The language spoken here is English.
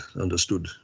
understood